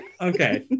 okay